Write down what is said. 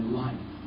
life